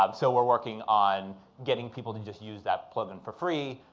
um so we're working on getting people to just use that plugin for free,